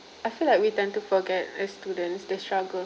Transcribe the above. I feel like we tend to forget as students the struggle